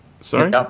sorry